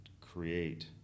create